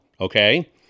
okay